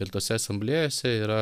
ir tose asamblėjose yra